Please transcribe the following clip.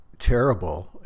terrible